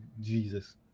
jesus